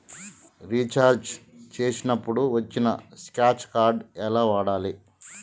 Recharge చేసినప్పుడు వచ్చిన scratch card ఎలా వాడాలి?